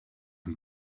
and